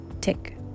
tick